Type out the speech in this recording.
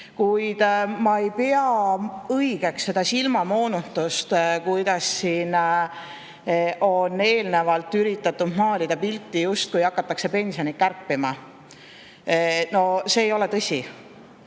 Kuid ma ei pea õigeks seda silmamoonutust, kuidas siin eelnevalt on üritatud maalida pilti, justkui hakataks pensione kärpima. No see ei ole tõsi!